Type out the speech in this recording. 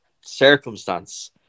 circumstance